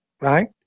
right